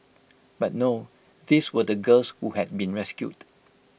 but no these were the girls who had been rescued